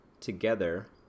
together